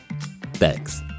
Thanks